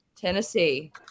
Tennessee